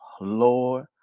Lord